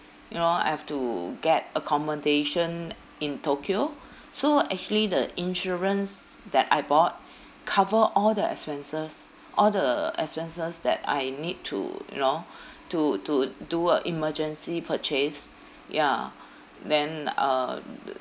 you know I have to get accommodation in tokyo so actually the insurance that I bought cover all the expenses all the expenses that I need to you know to to do a emergency purchase ya then uh the